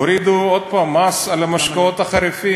הורידו, עוד פעם, את המס על המשקאות החריפים.